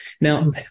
Now